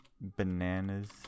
Bananas